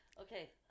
okay